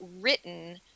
written